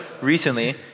recently